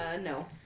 no